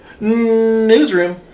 newsroom